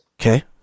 Okay